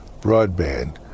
broadband